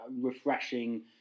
refreshing